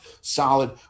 solid